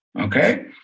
okay